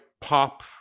pop